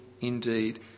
indeed